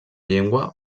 llengua